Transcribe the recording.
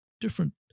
different